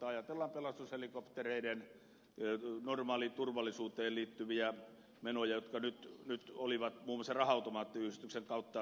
ajatellaan vaikka pelastushelikoptereiden normaaliin turvallisuuteen liittyviä menoja joiden operaattorikustannukset nyt olivat muun muassa raha automaattiyhdistyksen kautta pitkälti rahoitettavana